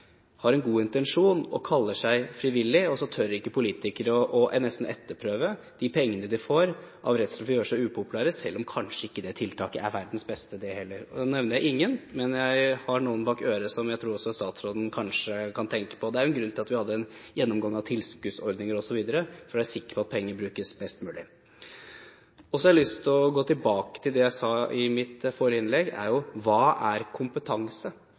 har en god intensjon, og som kaller seg «frivillig», og så tør politikere nesten ikke å etterprøve pengene de får, av redsel for å gjøre seg upopulære, selv om det tiltaket kanskje ikke er verdens beste. Nå nevner jeg ingen, men jeg har skrevet meg noen bak øret som jeg tror kanskje også statsråden kan tenke på. Det er jo en grunn til at vi hadde en gjennomgang av tilskuddsordninger osv. for å være sikker på at pengene brukes best mulig. Så har jeg lyst til å gå tilbake til det jeg sa i mitt forrige innlegg: Hva er kompetanse? Og hva er